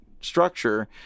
structure